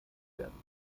werden